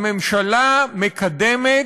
הממשלה מקדמת,